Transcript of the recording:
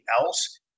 else